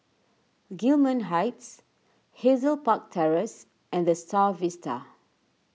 Gillman Heights Hazel Park Terrace and the Star Vista